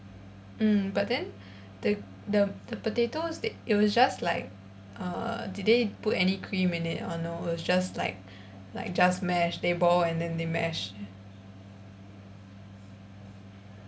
mm but then the the the potatoes they it would just like err did they put any cream in it or no just like like just mash they boil and then they mash